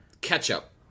ketchup